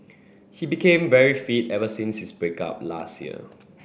he became very fit ever since his break up last year